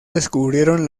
descubrieron